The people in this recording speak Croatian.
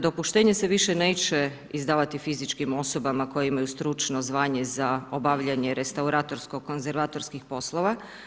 Dopuštenje se više neće izdavati fizičkim osobama koje imaju stručno zvanje za obavljanje restauratorskog konzervatorskih poslova.